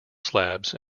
slabs